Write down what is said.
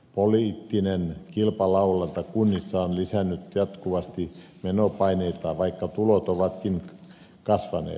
poliittinen kilpalaulanta kunnissa on lisännyt jatkuvasti menopaineita vaikka tulot ovatkin kasvaneet